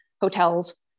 hotels